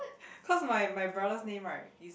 cause my my brother's name right is